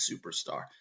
superstar